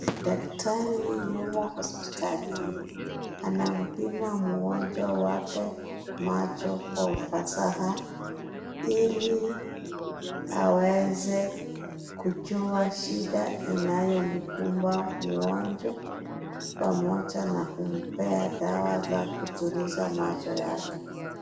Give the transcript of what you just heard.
Daktari yumo hospitalini anampima mgonjwa wake macho kwa ufasaha ili aweze kujua shida inayomkumba mgonjwa pamoja na kumpea dawa za kutuliza macho yake.